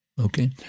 okay